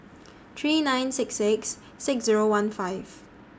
three nine six six six Zero one five